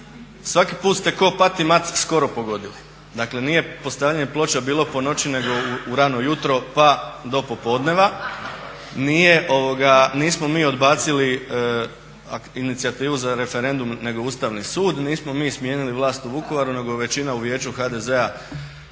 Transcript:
svaki put ste kao Pat i Mat skoro pogodili. Dakle nije postavljanje ploča bilo po noći nego u rano jutro pa do popodneva. Nismo mi odbacili inicijativu za referendum nego Ustavni sud. Nismo mi smijenili vlast u Vukovaru nego većina u vijeću HDZ-a